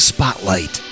Spotlight